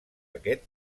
aquest